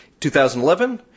2011